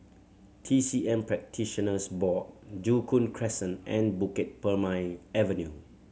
T C M Practitioners Board Joo Koon Crescent and Bukit Purmei Avenue